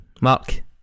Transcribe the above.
Mark